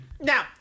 now